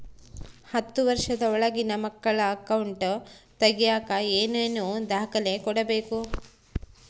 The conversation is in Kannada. ಹತ್ತುವಷ೯ದ ಒಳಗಿನ ಮಕ್ಕಳ ಅಕೌಂಟ್ ತಗಿಯಾಕ ಏನೇನು ದಾಖಲೆ ಕೊಡಬೇಕು?